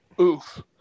oof